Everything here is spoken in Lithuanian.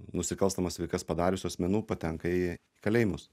nusikalstamas veikas padariusių asmenų patenka į kalėjimus